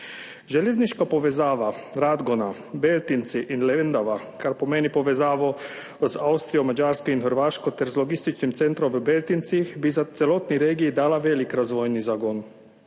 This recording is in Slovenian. Železniška povezava Radgona–Beltinci–Lendava, kar pomeni povezavo z Avstrijo, Madžarsko in Hrvaško ter z logističnim centrom v Beltincih, bi celotni regiji dala velik razvojni zagon.